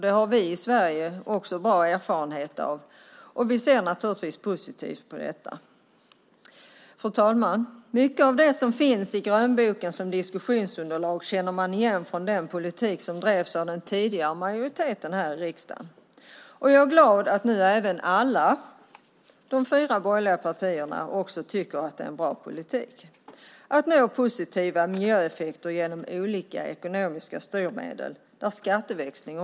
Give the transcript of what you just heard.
Det har vi i Sverige goda erfarenheter av och ser naturligtvis positivt på. Fru talman! Mycket av det som finns i grönboken som diskussionsunderlag känner vi igen från den politik som drevs av den tidigare majoriteten i riksdagen. Jag är glad att alla de fyra borgerliga partierna också tycker att det är en bra politik att genom olika ekonomiska styrmedel åstadkomma positiva miljöeffekter. Där ingår även skatteväxling.